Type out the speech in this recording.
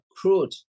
crude